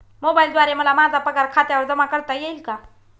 मोबाईलद्वारे मला माझा पगार खात्यावर जमा करता येईल का?